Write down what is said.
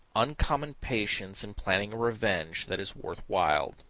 uncommon patience in planning a revenge that is worth while.